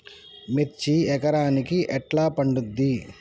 మిర్చి ఎకరానికి ఎట్లా పండుద్ధి?